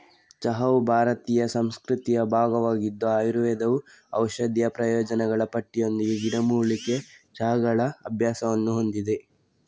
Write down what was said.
ಚಹಾವು ಭಾರತೀಯ ಸಂಸ್ಕೃತಿಯ ಭಾಗವಾಗಿದ್ದು ಆಯುರ್ವೇದವು ಔಷಧೀಯ ಪ್ರಯೋಜನಗಳ ಪಟ್ಟಿಯೊಂದಿಗೆ ಗಿಡಮೂಲಿಕೆ ಚಹಾಗಳ ಅಭ್ಯಾಸವನ್ನು ಹೊಂದಿದೆ